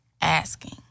asking